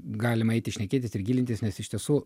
galima eiti šnekėtis ir gilintis nes iš tiesų